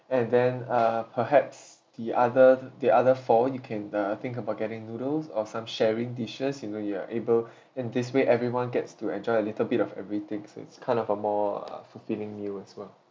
and then uh perhaps the other the other four you can uh think about getting noodles or some sharing dishes you know you are able in this way everyone gets to enjoy a little bit of everything so it's kind of a more uh fulfilling you as well